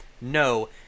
No